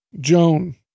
Joan